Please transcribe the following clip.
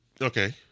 Okay